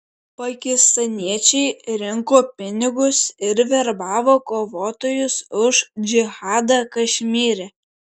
pakistaniečiai rinko pinigus ir verbavo kovotojus už džihadą kašmyre